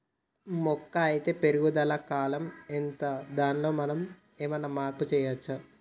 మొక్క అత్తే పెరుగుదల కాలం ఎంత దానిలో మనం ఏమన్నా మార్పు చేయచ్చా?